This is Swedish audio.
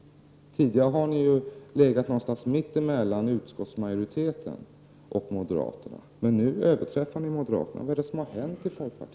Tidigare har ni ju legat någonstans mitt emellan utskottsmajoriteten och moderaterna, men nu överträffar ni moderaterna. Vad är det som har hänt i folkpartiet?